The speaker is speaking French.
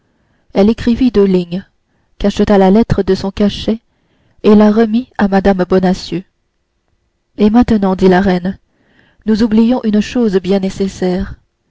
elle écrivit deux lignes cacheta la lettre de son cachet et la remit à mme bonacieux et maintenant dit la reine nous oublions une chose nécessaire